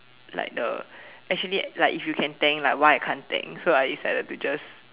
like the actually like if you can tank like why I can't tank so I decided to just